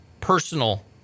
personal